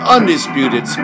Undisputed